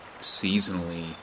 seasonally